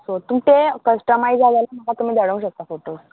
so तुम ते customise जाले म्हाका तुमी धाडूंक शकता फोटो